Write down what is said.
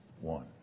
one